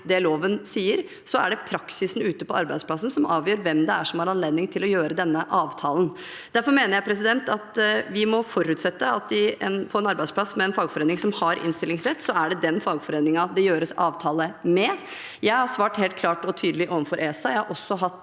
det loven sier, og så er det praksisen ute på arbeidsplassen som avgjør hvem som har anledning til å gjøre denne avtalen. Derfor mener jeg vi må forutsette at på en arbeidsplass med en fagforening som har innstillingsrett, er det den fagforeningen det gjøres avtale med. Jeg har svart helt klart og tydelig overfor ESA. Jeg har også hatt